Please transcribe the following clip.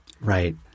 Right